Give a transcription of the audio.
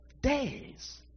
days